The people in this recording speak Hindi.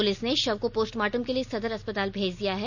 पुलिस ने शव को पोस्टमार्टम के लिए सदर अस्पताल भेज दिया है